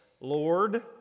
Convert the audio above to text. Lord